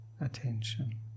attention